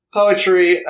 poetry